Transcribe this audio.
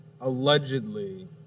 allegedly